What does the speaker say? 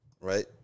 Right